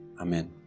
Amen